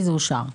וזה אושר.